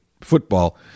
football